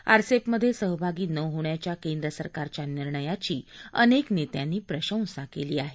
आरसेपमध्ये सहभागी न होण्याच्या केंद्र सरकारच्या निर्णयाची अनेक नेत्यांनी प्रशंसा केली आहे